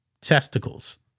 testicles